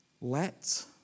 Let